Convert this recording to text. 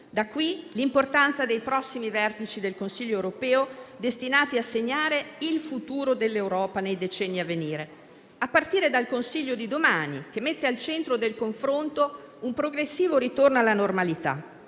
Da qui l'importanza dei prossimi vertici del Consiglio europeo, destinati a segnare il futuro dell'Europa nei decenni a venire, a partire dal Consiglio di domani, che mette al centro del confronto un progressivo ritorno alla normalità,